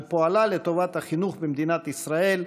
על פועלה לטובת החינוך במדינת ישראל,